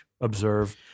observe